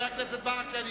הכנסת ברכה, 36 בעד, 62 נגד.